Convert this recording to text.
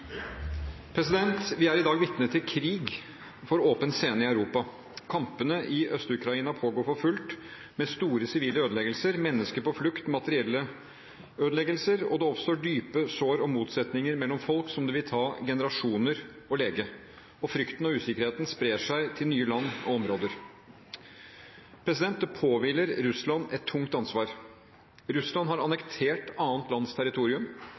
Vi er i dag vitne til krig for åpen scene i Europa. Kampene i Øst-Ukraina pågår for fullt, med store sivile ødeleggelser, mennesker på flukt, materielle ødeleggelser, og det oppstår dype sår og motsetninger mellom folk som det vil ta generasjoner å lege. Frykten og usikkerheten sprer seg til nye land og områder. Det påhviler Russland et tungt ansvar. Russland har annektert annet